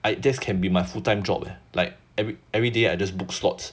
I just can be my full time job leh like ever~ every day I just book slot